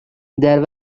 there